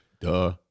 Duh